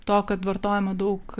to kad vartojama daug